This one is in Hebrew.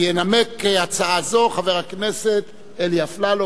ינמק הצעה זו חבר הכנסת אלי אפללו.